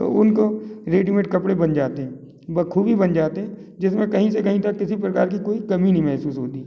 तो उनको रेडीमेड कपड़े बन जाते है बखूबी बन जाते है जिसमें कहीं से कहीं तक किसी प्रकार की कोई कमी नहीं महसूस होती